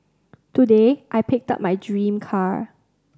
today I picked up my dream car